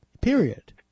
period